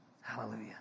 Hallelujah